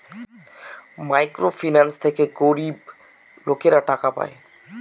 micro finance থেকে গরিব লোকেরা টাকা পায়